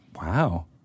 Wow